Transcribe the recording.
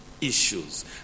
issues